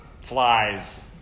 flies